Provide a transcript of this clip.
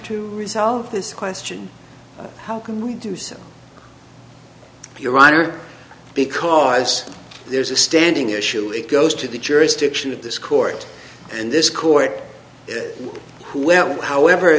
to resolve this question how can we do so you're right or because there's a standing issue it goes to the jurisdiction of this court and this court whoever